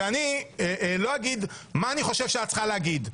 ואני לא אומר מה אני חושב שאת צריכה לומר,